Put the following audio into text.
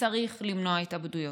וצריך למנוע התאבדויות.